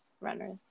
runners